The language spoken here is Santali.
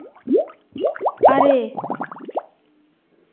ᱟᱨᱮ